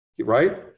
right